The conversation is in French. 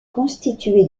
constituée